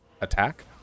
attack